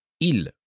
il